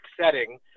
setting